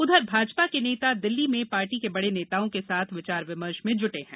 उधर भाजपा के नेता दिल्ली में पार्टी के बड़े नेताओं के साथ विचार विमर्श में जुटे हैं